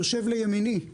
יושב לימיני,